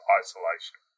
isolation